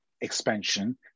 expansion